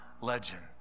legend